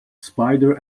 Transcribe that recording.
spider